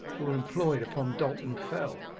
who were employed upon dalton fell.